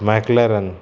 McLaren